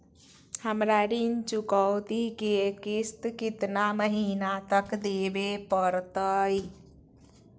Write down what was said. हमरा ऋण चुकौती के किस्त कितना महीना तक देवे पड़तई?